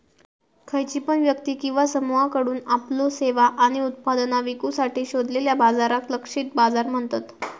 खयची पण व्यक्ती किंवा समुहाकडुन आपल्यो सेवा आणि उत्पादना विकुसाठी शोधलेल्या बाजाराक लक्षित बाजार म्हणतत